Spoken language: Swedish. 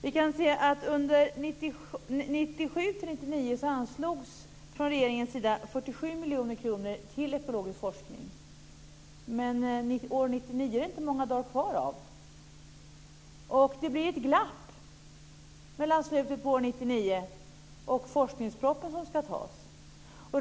Vi kan se att under 1997-1999 anslogs från regeringens sida 47 miljoner kronor till ekologisk forskning, men år 1999 är det inte många dagar kvar av. Det blir ett glapp mellan slutet av år 1999 och den forskningsproposition som ska tas.